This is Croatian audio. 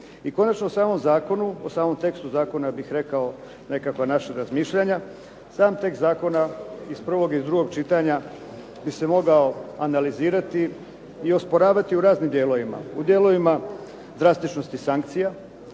I konačno o samom tekstu zakona ja bih rekao nekakva naša razmišljanja. Sam tekst zakona iz prvog i drugog čitanja bi se mogao analizirati i osporavati u raznim dijelovima. U dijelovima drastičnosti sankcija,